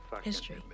history